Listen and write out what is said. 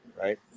right